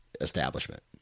establishment